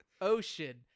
ocean